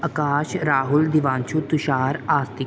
Akash Rahul Divanshu Tushar Aastik